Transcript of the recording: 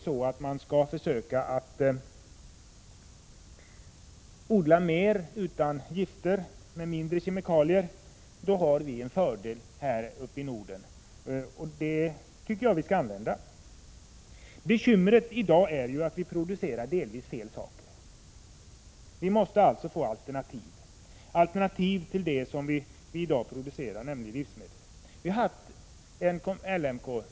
Om odlingen skall ske utan gifter och med mindre kemikalier har vi en fördel här uppe i Norden, och den bör utnyttjas. Bekymret är i dag att jordbruket producerar delvis fel saker, nämligen livsmedel, och det måste skapas alternativ.